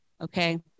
Okay